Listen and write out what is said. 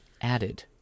added